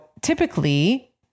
typically